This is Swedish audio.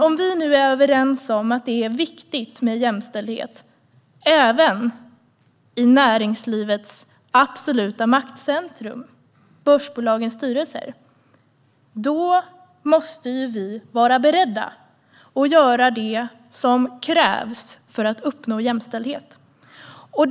Om vi nu är överens om att det är viktigt med jämställdhet även i näringslivets absoluta maktcentrum, börsbolagens styrelser, måste vi vara beredda att göra det som krävs för att uppnå jämställdhet.